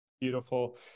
Beautiful